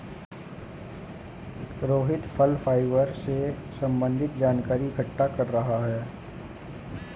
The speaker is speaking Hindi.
रोहित फल फाइबर से संबन्धित जानकारी इकट्ठा कर रहा है